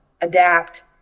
adapt